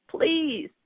please